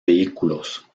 vehículos